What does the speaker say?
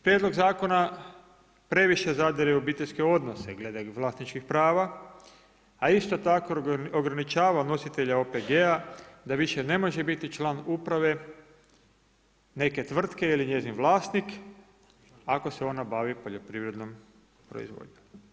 Prijedlog zakona previše zadire u obiteljske odnose glede vlasničkih prava, a isto tako ograničava nositelja OPG-a da više ne može biti član uprave neke tvrtke ili njezin vlasnik ako se ona bavi poljoprivrednom proizvodnjom.